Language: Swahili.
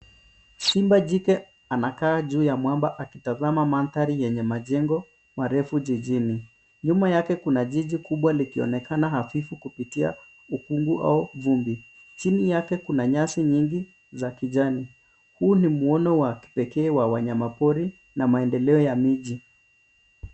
Simba jike anakaa juu ya mwamba akitanzama manthari yenye majengo marefu jijini, nyuma yake kuna jiji kubwa likionekana hafifu kupitia ukungu au vumbi. Chini yake kuna nyasi nyingi za kijani, huu ni muono wa kipekee wa wanyama pori na maendeleo ya miji.